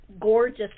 gorgeous